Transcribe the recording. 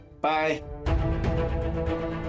Bye